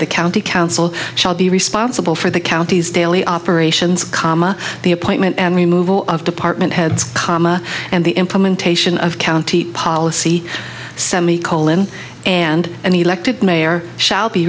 the county council shall be responsible for the county's daily operations comma the appointment and remove all of department heads comma and the implementation of county policy semi colon and and he liked it mayor shall be